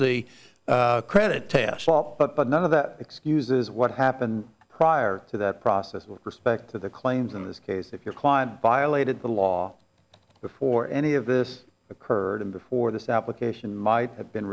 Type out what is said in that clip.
the credit test all but none of that excuses what happened prior to that process with respect to the claims in this case if your client violated the law before any of this occurred and before this application might have been